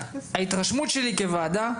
ההתרשמות שלי כוועדה,